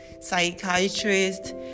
psychiatrists